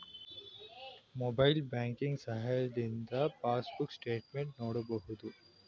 mobile ಬ್ಯಾಂಕಿನ ಸಹಾಯದಿಂದ passbook statement ನೋಡಬಹುದು